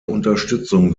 unterstützung